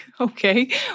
Okay